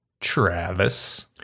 travis